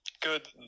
Good